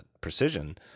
precision